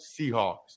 Seahawks